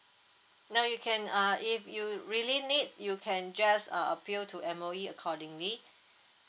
no you can uh if you really need you can just uh appeal to M_O_E accordingly